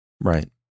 right